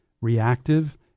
reactive